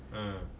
mm